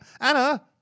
Anna